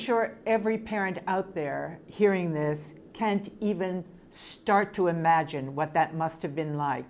sure every parent out there hearing this can't even start to imagine what that must have been like